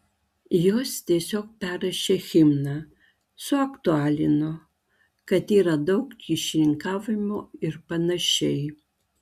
jos tiesiog perrašė himną suaktualino kad yra daug kyšininkavimo ir panašiai